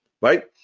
right